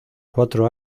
cuatro